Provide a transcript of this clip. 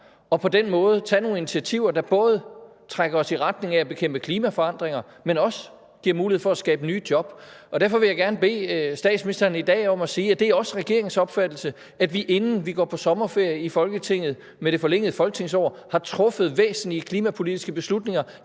og på den måde tage nogle initiativer, der både trækker os i retning af at bekæmpe klimaforandringer, men også giver mulighed for at skabe nye job. Derfor vil jeg gerne bede statsministeren i dag om at sige, at det også er regeringens opfattelse, at vi, inden vi går på sommerferie i Folketinget, med det forlængede folketingsår har truffet væsentlige klimapolitiske beslutninger,